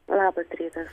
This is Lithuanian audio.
labas rytas